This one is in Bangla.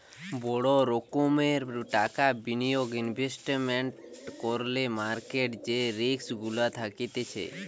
বড় রোকোমের টাকা বিনিয়োগ ইনভেস্টমেন্ট করলে মার্কেট যে রিস্ক গুলা থাকতিছে